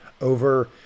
Over